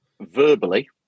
Verbally